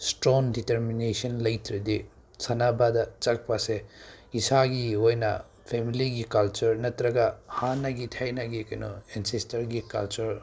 ꯏꯁꯇ꯭ꯔꯣꯡ determination ꯂꯩꯇ꯭ꯔꯗꯤ ꯁꯥꯟꯅꯕꯗ ꯆꯠꯄꯁꯦ ꯏꯁꯥꯒꯤ ꯑꯣꯏꯅ ꯐꯦꯃꯤꯂꯤꯒꯤ ꯀꯜꯆꯔ ꯅꯠꯇ꯭ꯔꯒ ꯍꯥꯟꯅꯒꯤ ꯊꯥꯏꯅꯒꯤ ꯀꯩꯅꯣ ꯑꯦꯟꯁꯦꯁꯇꯔꯒꯤ ꯀꯜꯆꯔ